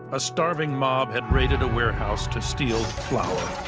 a starving mob had raided a warehouse to steal flour.